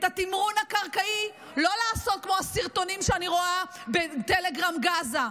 את התמרון הקרקעי לא לעשות כמו הסרטונים שאני רואה ב"טלגרם עזה",